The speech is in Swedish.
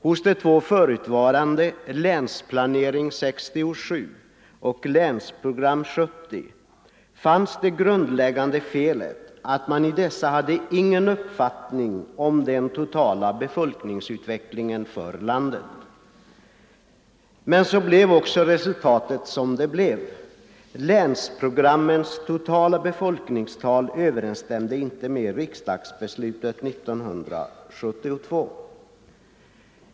Hos de två förutvarande, Länsplanering 67 och Länsprogram 70, fanns det grundläggande felet att man i dessa inte hade någon uppfattning om den totala befolkningsutvecklingen för landet. Men så blev också resultatet som det blev, länsprogrammens totala befolkningstal överensstämde inte med riksdagsbeslutet 1972.